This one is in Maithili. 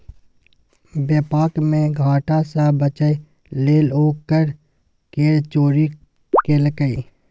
बेपार मे घाटा सँ बचय लेल ओ कर केर चोरी केलकै